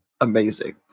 amazing